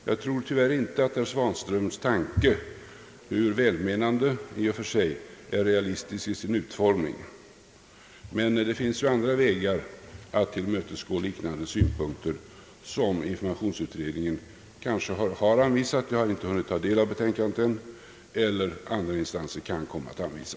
Jag tror tyvärr att herr Svanströms tanke, hur välmenande den än var, inte är realistisk i sin utformning, men det finns ju andra vägar att tillmötesgå liknande synpunkter, som informationsutredningen kanske har anvisat — jag har inte hunnit ta del av betänkandet än — eller som andra instanser kan komma att anvisa.